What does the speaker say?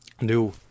new